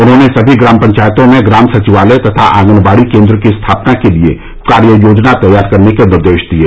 उन्होंने सभी ग्राम पंचायतों में ग्राम सचिवालय तथा आंगनबाड़ी केन्द्र की स्थापना के लिये कार्य योजना तैयार करने के निर्देश दिये